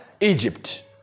Egypt